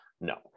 No